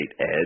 edge